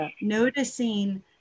noticing